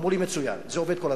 אמרו לי: מצוין, זה עובד כל הזמן.